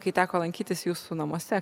kai teko lankytis jūsų namuose